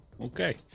okay